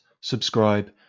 subscribe